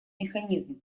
механизм